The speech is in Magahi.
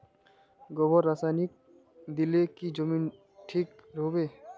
गोबर रासायनिक दिले की जमीन ठिक रोहबे?